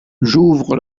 j’ouvre